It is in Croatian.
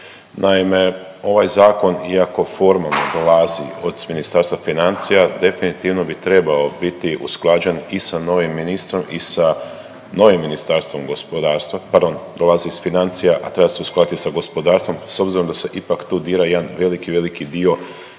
Naime, ovaj zakon iako formalno dolazi od Ministarstva financija definitivno bi trebao biti usklađen i sa novim ministrom i sa novim Ministarstvom gospodarstva, pardon, dolazi iz financija, a treba se uskladiti sa gospodarstvom s obzirom da se ipak tu dira jedan veliki veliki dio